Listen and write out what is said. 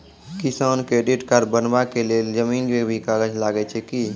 किसान credit card बनबा के लेल जमीन के भी कागज लागै छै कि?